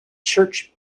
church